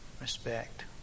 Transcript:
respect